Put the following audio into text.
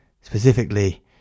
Specifically